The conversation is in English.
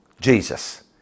Jesus